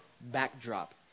backdrop